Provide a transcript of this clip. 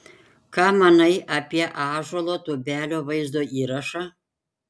ką manai apie ąžuolo tubelio vaizdo įrašą